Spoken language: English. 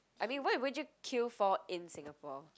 I mean what would you queue for in Singapore